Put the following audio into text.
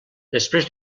després